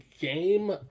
game